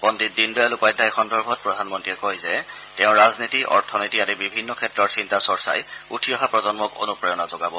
পণ্ডিত দীনদয়াল উপাধ্যায় সন্দৰ্ভত প্ৰধানমন্ত্ৰীয়ে কয় যে তেওঁৰ ৰাজনীতি অৰ্থনীতি আদি বিভিন্ন ক্ষেত্ৰৰ চিন্তা চৰ্চাই উঠি অহা প্ৰজন্মক অনুপ্ৰেৰণা যোগাব